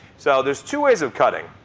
so there's two ways of cutting.